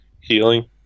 healing